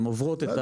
הן עוברות.